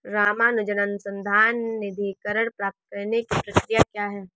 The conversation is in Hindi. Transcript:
रामानुजन अनुसंधान निधीकरण प्राप्त करने की प्रक्रिया क्या है?